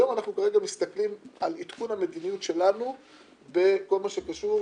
היום אנחנו כרגע מסתכלים על עדכון המדיניות שלנו בכל מה שקשור